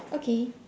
okay